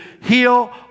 heal